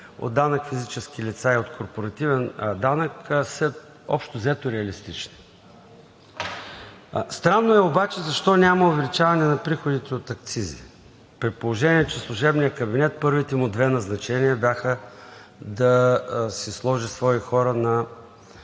от данък физически лица и от корпоративен данък са общо взето реалистични. Странно е обаче защо няма увеличаване на приходите от акцизи, при положение че служебният кабинет първите му две назначения бяха да си сложи свои хора на